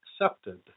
accepted